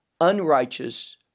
unrighteous